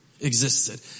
existed